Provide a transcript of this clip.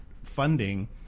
funding